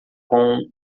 com